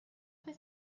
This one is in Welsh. doedd